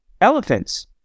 elephants